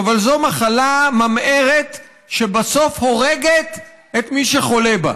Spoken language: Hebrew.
אבל זו מחלה ממארת שבסוף הורגת את מי שחולה בה.